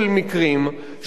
של התנכלויות,